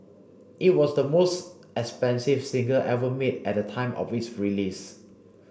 it was the most expensive single ever made at the time of its release